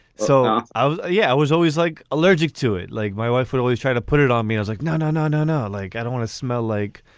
so, yeah, i was yeah was always like allergic to it. like my wife would always try to put it on me. i was like, no, no, no, no, no. like, i don't wanna smell, like,